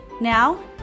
Now